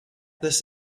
this